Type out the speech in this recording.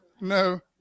no